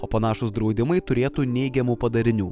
o panašūs draudimai turėtų neigiamų padarinių